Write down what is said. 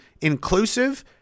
inclusive